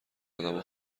ادما